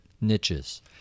niches